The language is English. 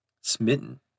smitten